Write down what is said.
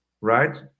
right